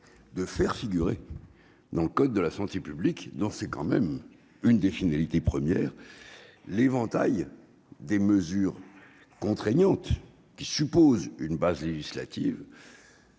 de faire figurer dans le code de la santé publique, dont c'est quand même une des finalités premières, l'éventail des mesures contraignantes. Par nature, ces mesures supposent une base législative